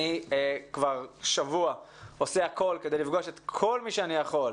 אני כבר שבוע עושה הכול כדי לפגוש את כל מי שאני יכול,